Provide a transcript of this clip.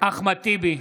אחמד טיבי,